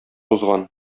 узган